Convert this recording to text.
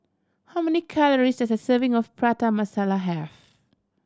how many calories does a serving of Prata Masala have